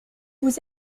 vous